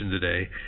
today